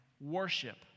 worship